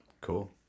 cool